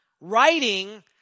writing